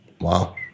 Wow